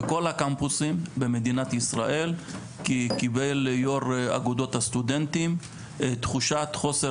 בכל הקמפוסים במדינת ישראל קיבל יושב-ראש אגודת הסטודנטים תחושת חוסר